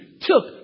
took